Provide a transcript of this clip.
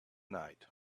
night